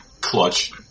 clutch